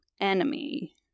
enemy